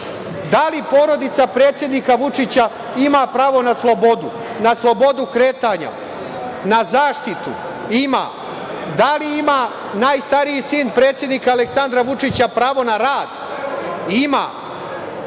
Da li porodica predsednika Vučića ima pravo na slobodu, na slobodu kretanja, na zaštitu? Ima. Da li ima najstariji sin predsednika Aleksandra Vučića pravo na rad? Ima. Tako